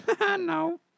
No